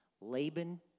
Laban